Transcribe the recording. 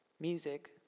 music